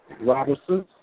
Robinson